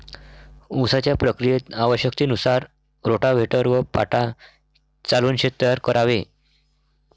उसाच्या प्रक्रियेत आवश्यकतेनुसार रोटाव्हेटर व पाटा चालवून शेत तयार करावे